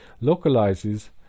localizes